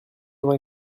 vingt